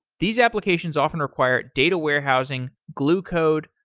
these applications often require data warehousing, glue code,